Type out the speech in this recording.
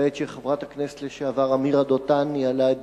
בעת שחברת הכנסת לשעבר עמירה דותן ניהלה את